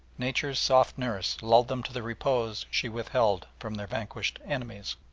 nature's soft nurse lulled them to the repose she withheld from their vanquished enemies.